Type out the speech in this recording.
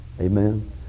Amen